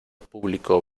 público